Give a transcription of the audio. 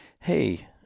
hey